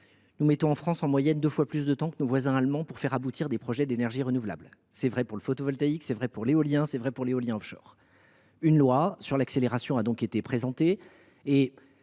nous mettons en France en moyenne deux fois plus de temps que nos voisins allemands pour faire aboutir des projets d’énergie renouvelable. C’est vrai pour le photovoltaïque, pour l’éolien et aussi pour l’éolien offshore. Une loi relative à l’accélération de la production